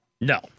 No